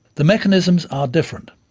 the mechanisms are different,